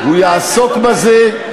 הוא יעסוק בזה,